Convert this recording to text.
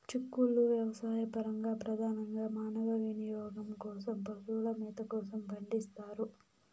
చిక్కుళ్ళు వ్యవసాయపరంగా, ప్రధానంగా మానవ వినియోగం కోసం, పశువుల మేత కోసం పండిస్తారు